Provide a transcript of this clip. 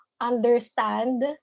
understand